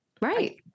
Right